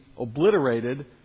obliterated